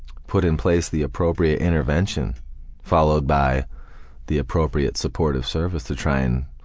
put in place the appropriate intervention followed by the appropriate supportive service to try and